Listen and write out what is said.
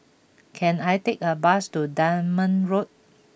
can I take a bus to Dunman Road